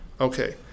Okay